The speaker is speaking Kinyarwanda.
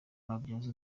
babyaza